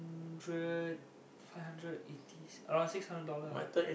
hundred five hundred eighty around six hundred dollars